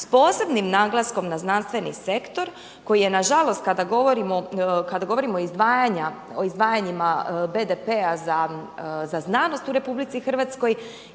posebnim naglaskom na znanstveni sektor koji je nažalost kada govorimo o izdvajanjima BDP-a za znanost u RH jedan od